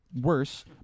worse